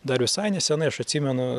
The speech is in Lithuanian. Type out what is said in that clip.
dar visai neseniai aš atsimenu